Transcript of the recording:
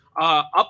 up